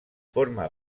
forma